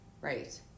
Right